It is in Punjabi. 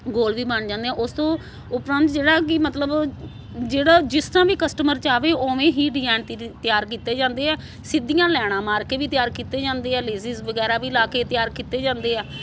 ਗੋਲ ਵੀ ਬਣ ਜਾਂਦੇ ਆ ਉਸ ਤੋਂ ਉਪਰੰਤ ਜਿਹੜਾ ਕਿ ਮਤਲਬ ਜਿਹੜਾ ਜਿਸ ਤਰ੍ਹਾਂ ਵੀ ਕਸਟਮਰ ਚਾਹੇ ਉਵੇਂ ਹੀ ਡਿਜਾਇਨ ਤਿਰ ਤਿਆਰ ਕੀਤੇ ਜਾਂਦੇ ਆ ਸਿੱਧੀਆਂ ਲਾਇਨਾਂ ਮਾਰ ਕੇ ਵੀ ਤਿਆਰ ਕੀਤੇ ਜਾਂਦੇ ਆ ਲੇਜੀਜ ਵਗੈਰਾ ਵੀ ਲਾ ਕੇ ਤਿਆਰ ਕੀਤੇ ਜਾਂਦੇ ਆ